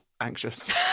anxious